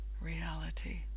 reality